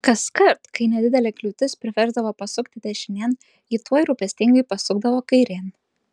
kaskart kai nedidelė kliūtis priversdavo pasukti dešinėn ji tuoj rūpestingai pasukdavo kairėn